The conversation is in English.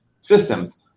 systems